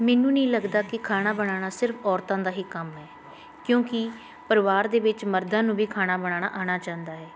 ਮੈਨੂੰ ਨਹੀਂ ਲੱਗਦਾ ਕਿ ਖਾਣਾ ਬਣਾਉਣਾ ਸਿਰਫ ਔਰਤਾਂ ਦਾ ਹੀ ਕੰਮ ਹੈ ਕਿਉਂਕਿ ਪਰਿਵਾਰ ਦੇ ਵਿੱਚ ਮਰਦਾਂ ਨੂੰ ਵੀ ਖਾਣਾ ਬਣਾਉਣਾ ਆਉਣਾ ਚਾਹੁੰਦਾ ਹੈ